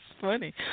funny